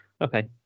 okay